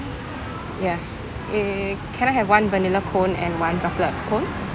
ya err can I have one vanilla cone and one chocolate cone